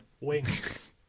Wings